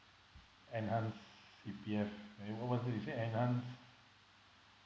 enhanced C_P_F and what what that you said enhanced